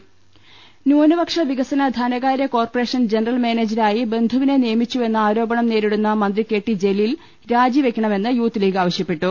ലലലലലലലലലലലല ന്യൂനപക്ഷ വികസന ധനകാര്യ കോർപറേഷൻ ജനറൽ മാനേജരായി ബന്ധുവിനെ നിയമിച്ചുവെന്ന ആരോപണം നേരിടുന്ന മന്ത്രി കെ ടി ജലീൽ രാജിവെ ക്കണമെന്ന് യൂത്ത്ലീഗ് ആവശ്യപ്പെട്ടു